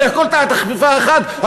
הכול בכפיפה אחת,